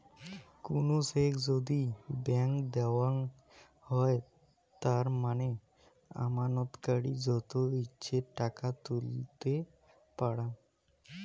কুনো চেক যদি ব্ল্যান্ক দেওয়াঙ হই তার মানে আমানতকারী যত ইচ্ছে টাকা তুলতে পারাং